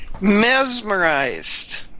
mesmerized